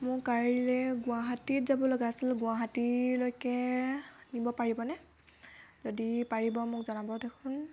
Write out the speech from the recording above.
মোৰ কাইলৈ গুৱাহাটি যাবলগা আছিল গুৱাহাটীলৈকে নিব পাৰিবনে যদি পাৰিব মোক জনাব দেখোন